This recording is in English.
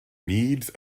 needs